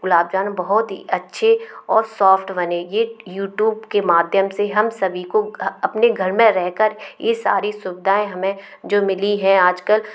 गुलाब जामुन बहुत ही अच्छे और सॉफ्ट बने ये यूटूब के माध्यम से हम सभी को अपने घर में रह कर ये सारी सुविधाएं हमें जो मिली है आज कल